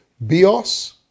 bios